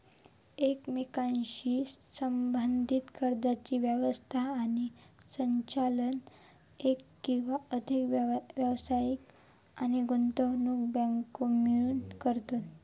एकमेकांशी संबद्धीत कर्जाची व्यवस्था आणि संचालन एक किंवा अधिक व्यावसायिक आणि गुंतवणूक बँको मिळून करतत